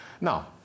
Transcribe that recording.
Now